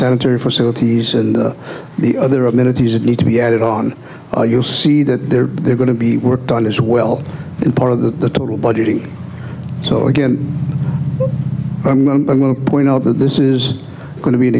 center facilities and the other amenities that need to be added on you'll see that they're they're going to be worked on as well and part of the little budgeting so again i'm going to point out that this is going to be an